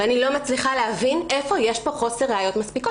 ואני לא מצליחה להבין איפה יש פה חוסר ראיות מספיקות.